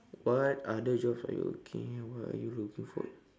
what other jobs are you looking at what are you looking